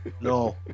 No